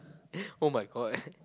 oh-my-God